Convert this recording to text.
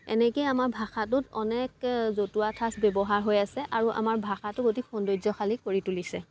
এনেকেই আমাৰ ভাষাটোত অনেক জতুৱা ঠাঁচ ব্যৱহাৰ হৈ আছে আৰু আমাৰ ভাষাটো অতি সৌন্দৰ্যশালী কৰি তুলিছে